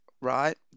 right